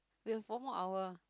we have one more hour